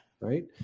Right